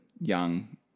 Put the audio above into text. young